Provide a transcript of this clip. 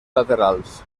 laterals